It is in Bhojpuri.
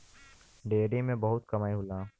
डेयरी में बहुत कमाई होला